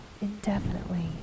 indefinitely